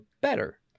better